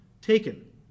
taken